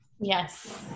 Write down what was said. Yes